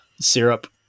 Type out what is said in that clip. syrup